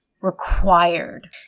required